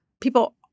People